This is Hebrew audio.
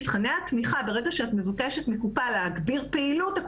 ברגע שאת מבקשת מקופה להגדיל פעילות במבחני התמיכה,